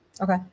Okay